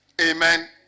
Amen